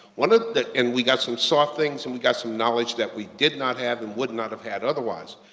one of the. and we got some soft things, and we got some knowledge that we did not have and would not have had otherwise.